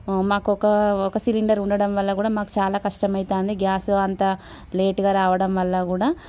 మాకు ఒక సిలిండరు ఉండడంవల్ల కూడా మాకు చాలా కష్టం అవుతుంది గ్యాసు అంత లేటుగా రావడంవల్ల కూడా